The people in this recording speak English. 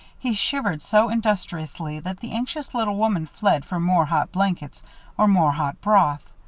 he shivered so industriously that the anxious little woman fled for more hot blankets or more hot broth.